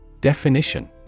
Definition